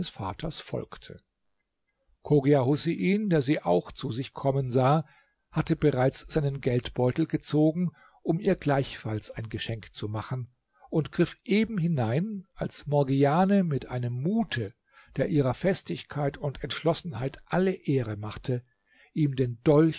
vaters folgte chogia husein der sie auch zu sich kommen sah hatte bereits seinen geldbeutel gezogen um ihr gleichfalls ein geschenk zu machen und griff eben hinein als morgiane mit einem mute der ihrer festigkeit und entschlossenheit alle ehre machte ihm den dolch